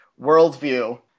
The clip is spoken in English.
worldview